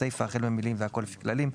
הסייפה החל במילים "והכול לפי כללים"